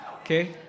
Okay